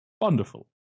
Wonderful